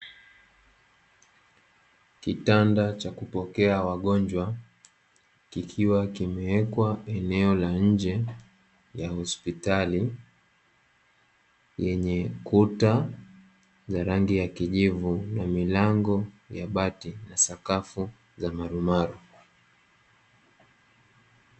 Kitanda cha kupokea wagonjwa kikiwa kimeekwa eneo Ia nje ya hospitali, yenye kuta za rangi ya kijivu na milango ya bati na sakafu za marumaru.